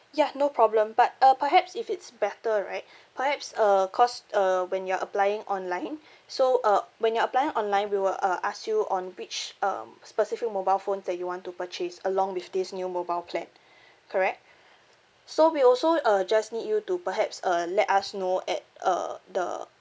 ya no problem but uh perhaps if it's better right perhaps uh because uh when you are applying online so uh when you're applying online we will uh ask you on which um specific mobile phones that you want to purchase along with this new mobile plan correct so we also uh just need you to perhaps uh let us know at uh the